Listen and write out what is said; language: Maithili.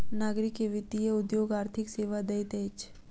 नागरिक के वित्तीय उद्योग आर्थिक सेवा दैत अछि